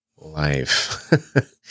life